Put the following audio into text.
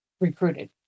recruited